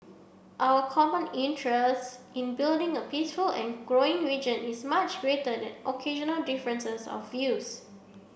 our common interest in building a peaceful and growing region is much greater than occasional differences of views